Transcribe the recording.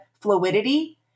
fluidity